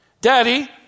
Daddy